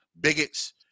bigots